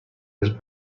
his